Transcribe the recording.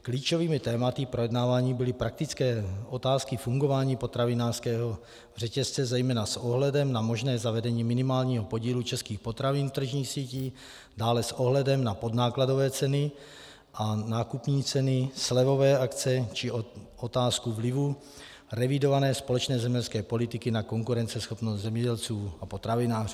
Klíčovými tématy projednávání byly praktické otázky fungování potravinářského řetězce zejména s ohledem na možné zavedení minimálního podílu českých potravin v tržní síti, dále s ohledem na podnákladové ceny a nákupní ceny, slevové akce či otázku vlivu revidované společné zemědělské politiky na konkurenceschopnost zemědělců a potravinářů.